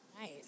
Nice